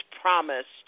promised